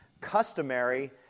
customary